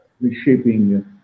reshaping